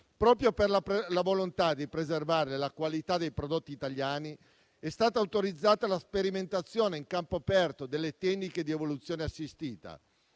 Proprio per la volontà di preservare la qualità dei prodotti italiani, è stata autorizzata la sperimentazione in campo aperto delle tecniche di evoluzione assistita.